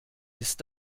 ist